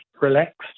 relaxed